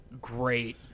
Great